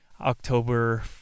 October